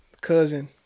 cousin